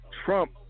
Trump